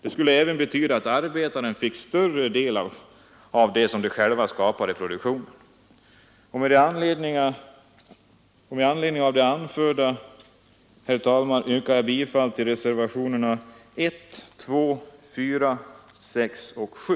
Det skulle även betyda att arbetarna fick större del av vad de själva skapar i produktionen. Med anledning av det anförda yrkar jag, herr talman, bifall till reservationerna 1, 2,4, 6 och 7.